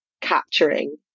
capturing